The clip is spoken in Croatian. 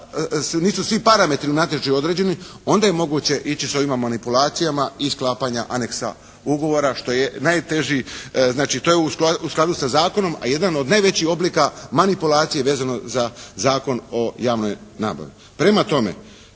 nisu sve parametri u natječaju određeni onda je moguće ići s ovima manipulacijama i sklapanja aneksa ugovora što je najteži. Znači to je u skladu sa zakonom, a jedan od najvećih oblika manipulacije vezano za Zakon o javnoj nabavi. Prema tome